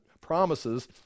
promises